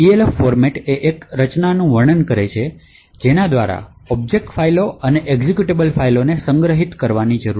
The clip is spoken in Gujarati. Elf ફૉર્મટ એ એક રચનાનું વર્ણન કરે છે જેના દ્વારા ઑબ્જેક્ટ ફાઇલો અને એક્ઝેક્યુટેબલ ફાઇલને સંગ્રહિત કરવાની જરૂર છે